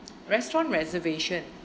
restaurant reservation